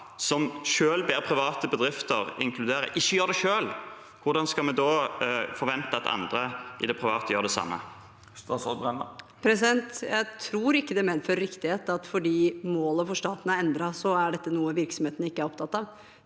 som ber private bedrifter inkludere, ikke gjør det selv, hvordan skal vi da forvente at andre i det private gjør det? Statsråd Tonje Brenna Jeg tror ikke det medfører riktighet at fordi målet for staten er endret, er dette noe virksomhetene ikke er opptatt av.